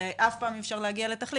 הרי אף פעם אי אפשר להגיע לתחליף,